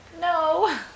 No